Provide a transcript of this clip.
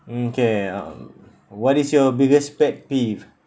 mm okay um what is your biggest pet peeve